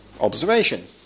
observation